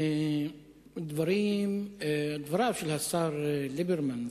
דבריו של השר ליברמן,